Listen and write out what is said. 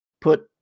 put